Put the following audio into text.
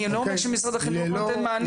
אני לא אומר שמשרד החינוך לא נותן מענה,